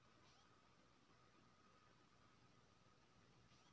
की पौधा के ग्रोथ लेल नर्सरी केना तैयार करब?